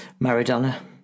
Maradona